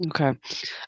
Okay